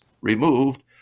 removed